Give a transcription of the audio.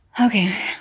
Okay